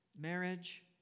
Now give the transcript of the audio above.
marriage